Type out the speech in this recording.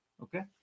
okay